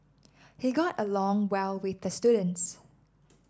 he got along well with the students